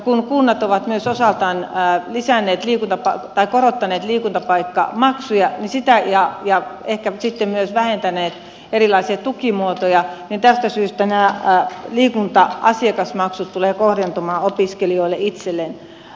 kun kunnat ovat myös osaltaan korottaneet liikuntapaikkamaksuja ja ehkä myös vähentäneet erilaisia tukimuotoja niin tästä syystä nämä liikunta asiakasmaksut tulevat kohdentumaan opiskelijoille itselleen